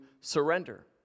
surrender